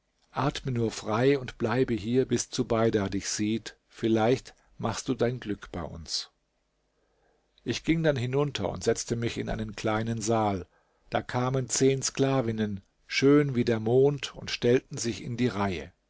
atme nur frei und bleibe hier bis zubeida dich sieht vielleicht machst du dein glück bei uns ich ging dann hinunter und setzte mich in einen kleinen saal da kamen zehn sklavinnen schön wie der mond und stellten sich in die reihe